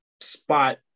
spot